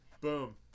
Boom